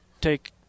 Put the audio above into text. take